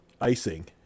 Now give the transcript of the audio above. icing